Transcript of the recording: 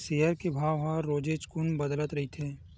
share के भाव ह रोजेच कुन बदलत रहिथे